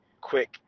quick